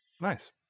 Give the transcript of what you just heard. nice